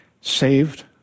saved